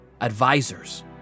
advisors